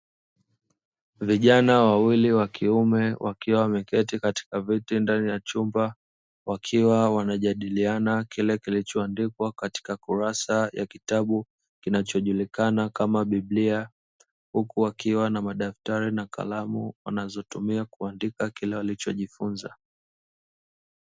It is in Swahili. Vijana wawili wa kiume wakiwa wameketi katika viti ndani ya chumba wakiwa wanajadiliana kile kilichoandikwa katika kurasa ya kitabu kinachojulikana kama biblia, huku wakiwa na madaftari na kalamu wanazotumia kuandika kile walichojifunza.